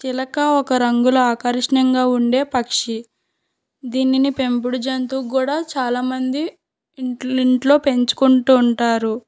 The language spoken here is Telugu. చిలక ఒక రంగుల ఆకర్షణంగా ఉండే పక్షి దీనిని పెంపుడు జంతువుకి కూడా చాలా మంది ఇంట్లో ఇంట్లో పెంచుకుంటూ ఉంటారు